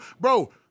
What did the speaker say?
Bro